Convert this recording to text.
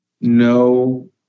no